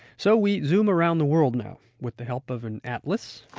so we zoom around the world now, with the help of an atlas